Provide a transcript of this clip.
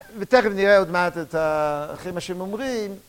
ותכף נראה עוד מעט את האחרים מה שאומרים.